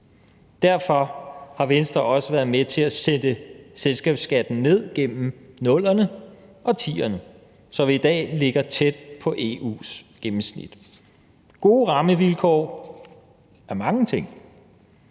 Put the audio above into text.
Derfor har Venstre også været med til at sætte selskabsskatten ned gennem 00'erne og 2010'erne, så vi i dag ligger tæt på EU's gennemsnit. Gode rammevilkår er mange ting.